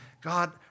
God